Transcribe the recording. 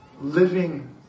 living